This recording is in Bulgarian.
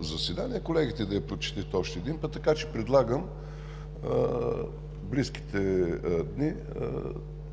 заседание, колегите да я прочетат още веднъж, така че предлагам в близките дни,